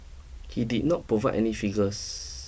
he did not provide any figures